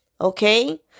Okay